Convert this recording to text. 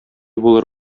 булыр